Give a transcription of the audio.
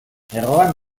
erroan